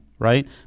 right